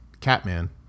Catman